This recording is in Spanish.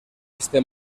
este